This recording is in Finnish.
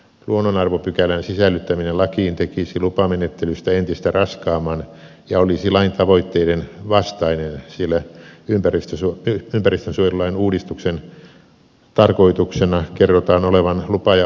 luonnonarvopykälän sisällyttäminen lakiin tekisi lupamenettelystä entistä raskaamman ja olisi lain tavoitteiden vastainen sillä ympäristönsuojelulain uudistuksen tarkoituksena kerrotaan olevan lupa ja valvontajärjestelmän keventäminen